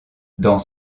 dans